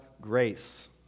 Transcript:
grace